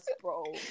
bro